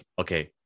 okay